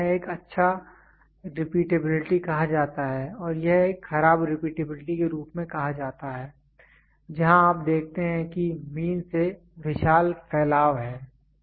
तो यह एक अच्छा रिपीटेबिलिटी कहा जाता है और यह एक खराब रिपीटेबिलिटी के रूप में कहा जाता है जहाँ आप देखते हैं कि मीन से विशाल फैलाव है